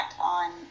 on